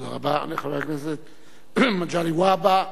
תודה רבה לחבר הכנסת מגלי והבה.